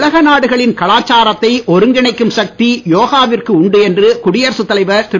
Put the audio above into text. உலக நாடுகளின் கலாச்சாரத்தை ஒருங்கிணைக்கும் சக்தி யோகா விற்கு உண்டு என்று குடியரசுத் தலைவர் திரு